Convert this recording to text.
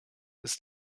ist